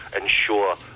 ensure